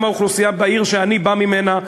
גם האוכלוסייה בעיר שאני בא ממנה,